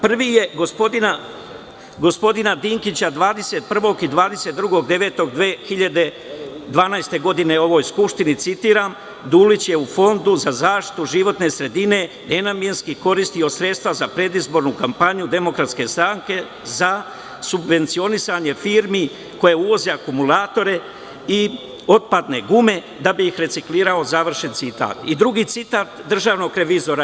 Prvi je gospodina Dinkića 21. i 22. septembra 2012. godine u ovoj Skupštini: „Dulić je Fondu za zaštitu životne sredine nenamenski koristio sredstva za predizbornu kampanju DS za subvencionisanje firmi koje uvoze akumulatore i otpadne gume da bi ih reciklirao.“ Drugi citat državnog revizora.